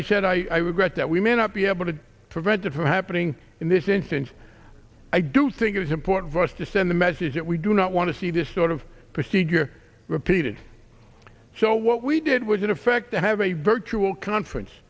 i said i regret that we may not be able to prevent that from happening in this instance i do think it is important for us to send the message that we do not want to see this sort of procedure repeated so what we did was in effect to have a virtual conference